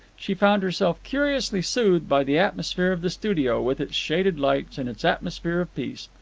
she found herself curiously soothed by the atmosphere of the studio, with its shaded lights and its atmosphere of peace.